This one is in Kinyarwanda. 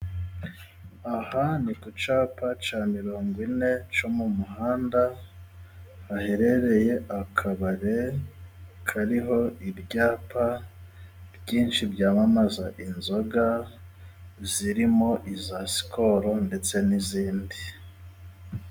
Aha ni ku cyapa cya mirongwine cyo mu muhanda, haherereye akabare kariho ibyapa byinshi byamamaza inzoga zirimo iza sikoro, ndetse n'izindi.